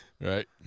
Right